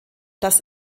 das